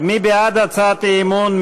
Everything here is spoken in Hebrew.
מי בעד הצעת האי-אמון?